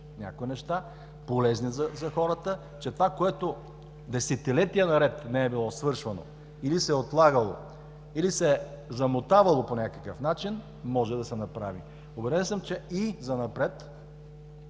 някои неща, полезни за хората, че това, което десетилетия наред не е било свършвано или се е отлагало, или се е замотавало по някакъв начин, може да се направи. Убеден съм, че и занапред